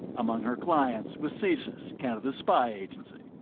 among her clients was csis, canada's spy agency.